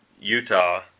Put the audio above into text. Utah